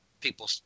people